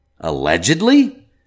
Allegedly